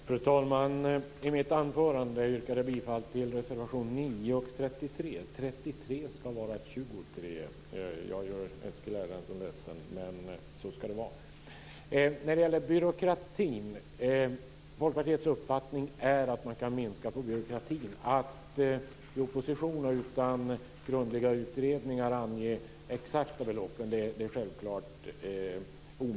Fru talman! I mitt anförande yrkade jag bifall till reservation 9 och 33. Reservation 33 ska bytas ut mot reservation 23. Visserligen gör jag Eskil Erlandsson ledsen, men så ska det vara. Folkpartiets uppfattning är att man kan minska på byråkratin. För mig i opposition är det omöjligt att utan grundliga utredningar ange det exakta beloppet.